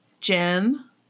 Jim